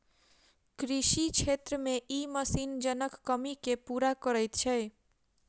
कृषि क्षेत्र मे ई मशीन जनक कमी के पूरा करैत छै